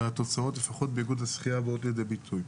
והתוצאות, לפחות באיגוד השחייה, באות לידי ביטוי.